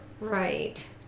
Right